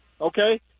okay